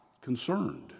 concerned